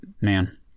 man